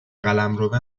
قلمروه